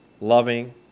loving